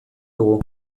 dugu